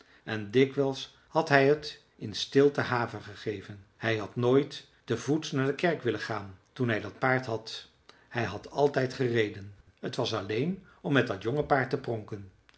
en dikwijls had hij het in stilte haver gegeven hij had nooit te voet naar de kerk willen gaan toen hij dat paard had hij had altijd gereden t was alleen om met dat jonge paard te pronken